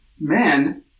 men